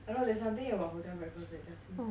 I don't know there's something about hotel breakfast that just